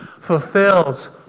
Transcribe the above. fulfills